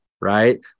Right